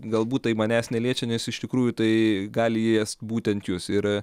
galbūt tai manęs neliečia nes iš tikrųjų tai gali liest būtent jus ir